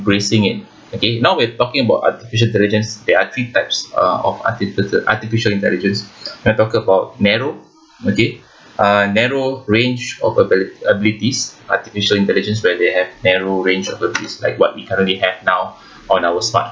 embracing it okay now we're talking about artificial intelligence there are three types of the artificial intelligence we're talking about narrow okay uh narrow range of abi~ abilities artificial intelligence where they have narrow range of abilities like what we currently have now on our smart